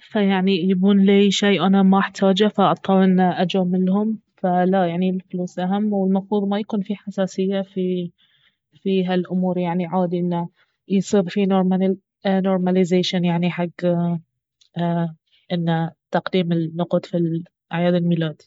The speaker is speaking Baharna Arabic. فيعني ييبون لي شي انا ما احتاجه فاضطر انه اجاملهم فلا يعني الفلوس اهم والمفروض ما يكون في حساسية في- في هالامور يعني عادي انه يصير في نورم- نورماليزاشين يعني حق انه تقديم النقود في اعياد الميلاد